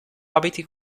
abiti